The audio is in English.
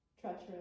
treacherous